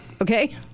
Okay